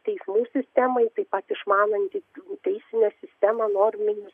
teismų sistemai taip pat išmanantį teisinę sistemą norminius